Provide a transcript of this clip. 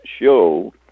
show